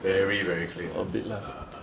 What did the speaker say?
very very clean ah